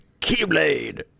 keyblade